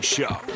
Show